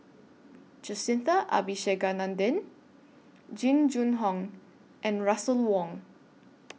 Jacintha Abisheganaden Jing Jun Hong and Russel Wong